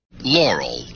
Laurel